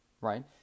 Right